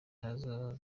nazo